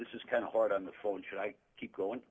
this is kind of hard on the phone should i keep going